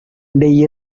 they